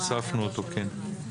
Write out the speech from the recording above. הוספנו אותו, כן.